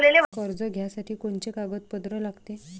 कर्ज घ्यासाठी कोनचे कागदपत्र लागते?